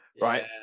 right